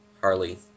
Harley